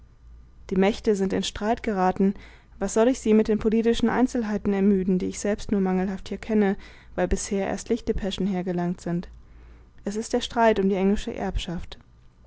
die mächte sind in streit geraten was soll ich sie mit den politischen einzelheiten ermüden die ich selbst nur mangelhaft hier kenne weil bisher erst lichtdepeschen hergelangt sind es ist der streit um die englische erbschaft